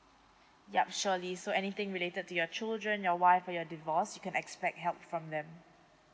yup surely so anything related to your children your wife or your divorce you can expect help from them